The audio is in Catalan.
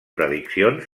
prediccions